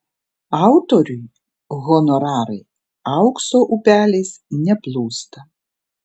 autoriui honorarai aukso upeliais neplūsta